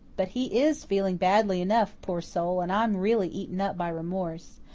but he is feeling badly enough, poor soul, and i'm really eaten up by remorse.